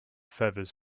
feathers